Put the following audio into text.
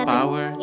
power